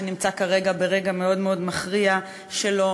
שנמצא כרגע ברגע מאוד מאוד מכריע שלו,